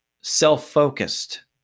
self-focused